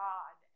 God